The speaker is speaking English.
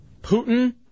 Putin